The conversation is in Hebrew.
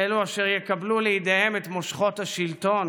אלו אשר יקבלו לידיהם את מושכות השלטון